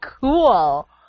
cool